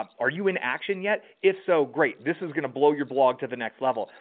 are you in action yet? if so, great. this is going to blow your blog to the next level.